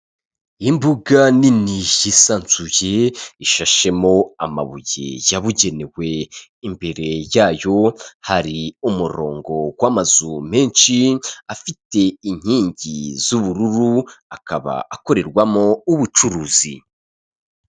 Imbuga nini yisansuye ishashemo amabuye yabugenewe, imbere yayo hari umurongo w'amazu menshi afite inkingi z'ubururu akaba akorerwamo ubucuruzi.